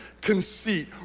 conceit